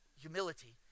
humility